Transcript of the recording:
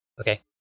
Okay